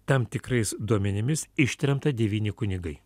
tam tikrais duomenimis ištremta devyni kunigai